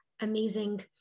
amazing